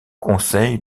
conseil